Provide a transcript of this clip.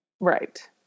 right